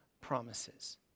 promises